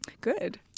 Good